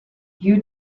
you